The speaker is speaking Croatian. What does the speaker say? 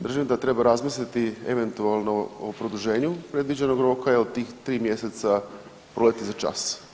Držim da treba razmisliti eventualno o produženju predviđenog roka jer tih 3 mjeseca proleti za čas.